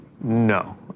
No